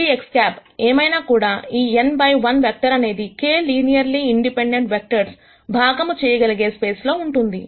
ఇది X̂ ఏమైనా కూడా ఈ n బై 1 వెక్టర్ అనేది k లినియర్లీ ఇండిపెండెంట్ వెక్టర్స్ భాగము చేయగలిగే స్పేస్ లో ఉంటుంది